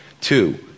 Two